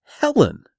Helen